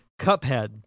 Cuphead